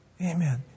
Amen